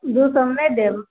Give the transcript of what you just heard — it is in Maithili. दू सएमे नहि देब